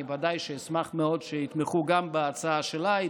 ודאי שאשמח מאוד שיתמכו גם בהצעה שלה,